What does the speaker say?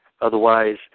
Otherwise